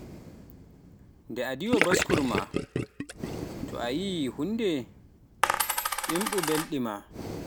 nde diwa baskur ma to so a yiyii huunde, ɓuuɓnu mbelndi